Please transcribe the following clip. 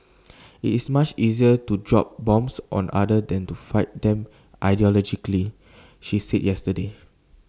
IT is much easier to drop bombs on other than to fight them ideologically she said yesterday